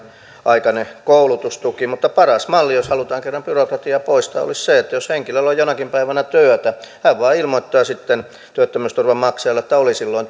aikainen koulutustuki mutta paras malli jos halutaan kerran byrokratiaa poistaa olisi se että jos henkilöllä on jonakin päivänä työtä hän vain ilmoittaa sitten työttömyysturvan maksajalle että oli silloin